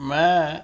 ਮੈਂ